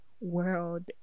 world